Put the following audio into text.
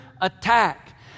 attack